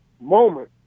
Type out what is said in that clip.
moment